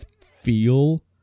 feel